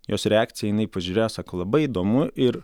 jos reakcija jinai pažiūrėjo sako labai įdomu ir